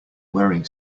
wearing